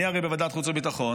הרי אני אומר בוועדת החוץ והביטחון,